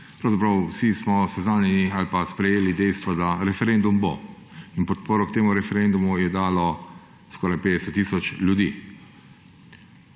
pravzaprav vsi smo seznanjeni ali pa sprejeli dejstvo, da referendum bo, in podporo temu referendumu je dalo skoraj 50 tisoč ljudi.